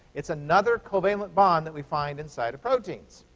it's another covalent bond that we find inside of proteins.